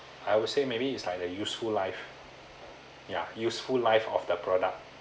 I would say maybe it's like the useful life ya useful life of the product